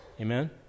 Amen